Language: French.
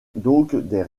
des